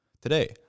today